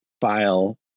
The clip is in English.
file